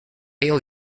yale